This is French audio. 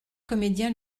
comédiens